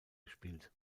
gespielt